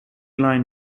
line